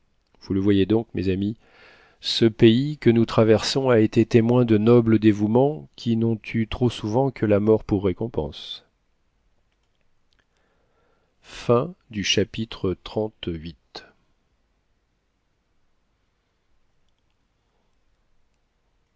vous le voyez donc mes amis ce pays que nous traversons a été témoin de nobles dévouements qui n'ont eu trop souvent que la mort pour récompense chapitre